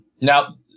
now